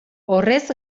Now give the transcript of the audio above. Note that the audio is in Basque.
horrez